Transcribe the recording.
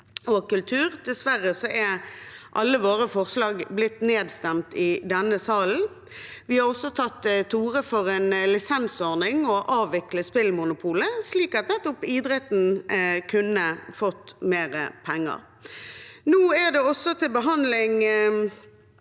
og kultur. Dessverre har alle våre forslag blitt nedstemt i denne salen. Vi har også tatt til orde for en lisensordning og å avvikle spillmonopolet, slik at nettopp idretten kunne fått mer penger. Nå har også jeg